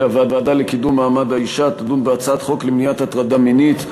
כי הוועדה לקידום מעמד האישה תדון בהצעת חוק למניעת הטרדה מינית (תיקון,